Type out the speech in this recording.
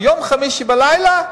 ביום חמישי בלילה,